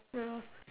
ya